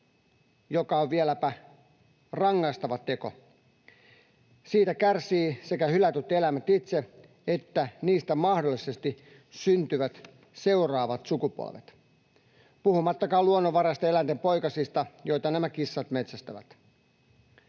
joka on vieläpä rangaistava teko. Siitä kärsivät sekä hylätyt eläimet itse että niistä mahdollisesti syntyvät seuraavat sukupolvet, puhumattakaan luonnonvaraisten eläinten poikasista, joita nämä kissat metsästävät.